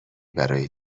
برای